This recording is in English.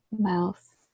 mouth